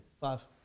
Five